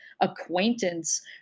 acquaintance